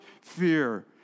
fear